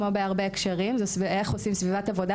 כמו בהרבה הקשרים איך עושים סביבת עבודה